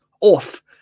off